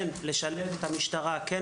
על איך כן כדאי לשלב את המשטרה וכן